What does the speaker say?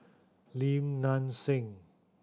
Lim Nang Seng